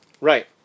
Right